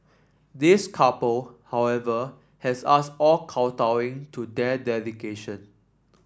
this couple however has us all kowtowing to their dedication